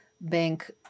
bank